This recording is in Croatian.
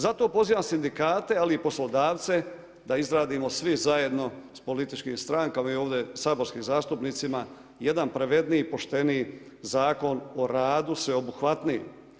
Zato pozivam sindikate, ali i poslodavce da izradimo svi zajedno sa političkim strankama i ovdje saborskim zastupnicima jedan pravedniji, pošteniji Zakon o radu sveobuhvatniji.